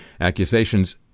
accusations